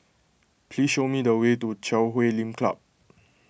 please show me the way to Chui Huay Lim Club